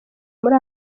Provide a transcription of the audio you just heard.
muri